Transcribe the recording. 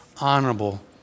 honorable